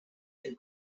can